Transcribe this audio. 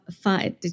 five